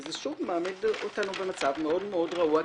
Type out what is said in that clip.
וזה דבר שמעמיד אותנו במצב מאוד מאוד רעוע,